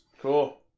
Cool